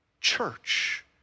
church